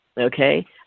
Okay